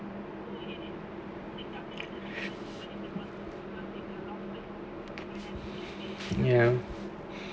ya